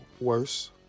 worse